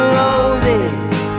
roses